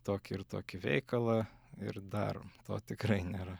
tokį ir tokį veikalą ir darom to tikrai nėra